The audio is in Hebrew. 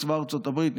בצבא ארצות הברית,